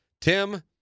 Tim